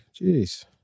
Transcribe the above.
Jeez